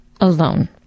alone